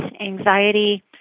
anxiety